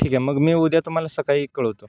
ठीक आहे मग मी उद्या तुम्हाला सकाळी कळवतो